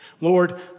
Lord